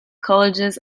colleges